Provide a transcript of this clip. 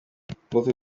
apotre